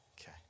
Okay